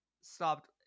stopped